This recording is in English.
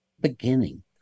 beginning